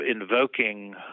invoking